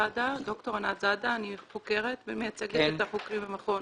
אני חוקרת ומייצגת את החוקרים במכון